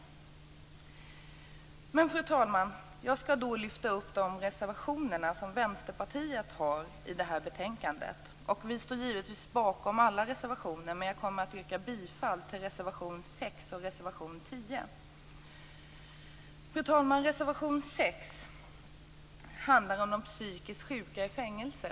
Fru talman! Jag skall lyfta fram Vänsterpartiets reservationer i betänkandet. Givetvis står vi i Vänsterpartiet bakom alla våra reservationer men jag yrkar bifall endast till reservationerna 6 och 10. Reservation 6 handlar om de psykiskt sjuka i fängelse.